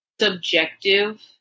subjective